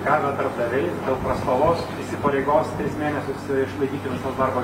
gavę darbdaviai dėl paskolos įsipareigos tris mėnesius išlaikyti visas darbo